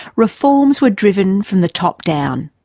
reforms were driven from the top down,